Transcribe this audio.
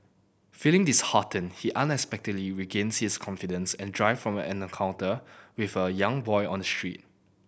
feeling disheartened he unexpectedly regains his confidence and drive from an encounter with a young boy on the street